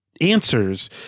answers